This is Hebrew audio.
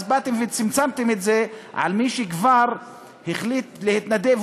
אז צמצמתם את זה למי שכבר החליט להתנדב,